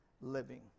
living